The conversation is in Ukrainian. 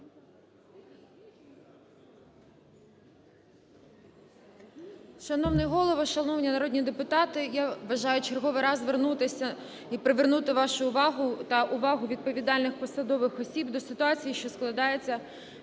Шановний голово! Шановні народні депутати! Я бажаю черговий раз звернутися і привернути вашу увагу та увагу відповідальних посадових осіб до ситуації, що складається